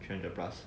three hundred plus